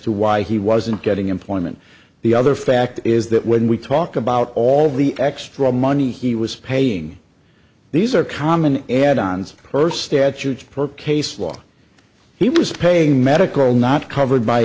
to why he wasn't getting employment the other fact is that when we talk about all the extra money he was paying these are common and ons per statute per case law he was paying medical not covered by